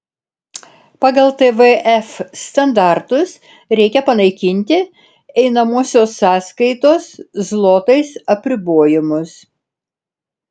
pagal tvf standartus reikia panaikinti einamosios sąskaitos zlotais apribojimus